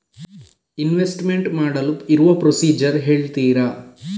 Investment ಮಾಡಲು ಇರುವ procedure ಹೇಳ್ತೀರಾ?